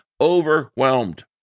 overwhelmed